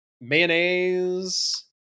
mayonnaise